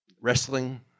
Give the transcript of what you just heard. wrestling